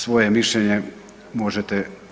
Svoje mišljenje možete